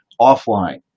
offline